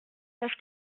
parce